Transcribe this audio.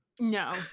No